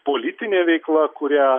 politinė veikla kurią